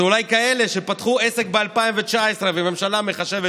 אולי כאלה שפתחו עסק ב-2019 והממשלה מחשבת